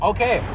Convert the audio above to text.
Okay